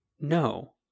No